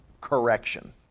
correction